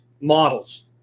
models